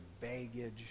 baggage